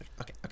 okay